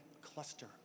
cluster